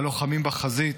הלוחמים בחזית,